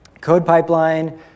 CodePipeline